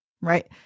Right